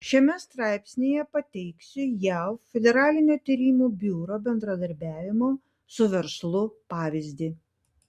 šiame straipsnyje pateiksiu jav federalinio tyrimo biuro bendradarbiavimo su verslu pavyzdį